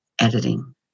editing